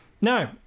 No